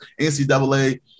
ncaa